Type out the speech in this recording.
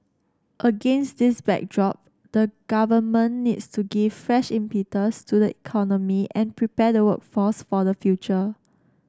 against this backdrop the Government needs to give fresh impetus to the economy and prepare the workforce for the future